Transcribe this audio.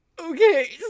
Okay